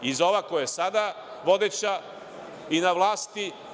I za ovu koja je sada vodeća i na vlasti.